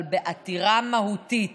אבל עתירה מהותית